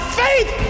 faith